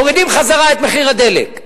מורידים חזרה את מחיר הדלק,